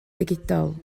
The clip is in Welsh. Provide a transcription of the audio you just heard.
digidol